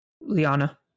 Liana